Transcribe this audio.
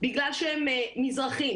בגלל שהם מזרחים,